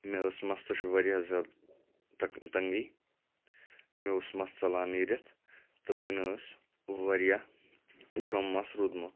مےٚ ٲس مَستٕچۍ واریاہ زیادٕ تَنٛگی مےٚ اوس مَس ژَلان نیٖرِتھ تہٕ وۄنۍ اوس واریاہ کَم مَس روٗدمُت